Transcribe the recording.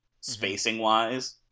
spacing-wise